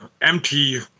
empty